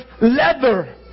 leather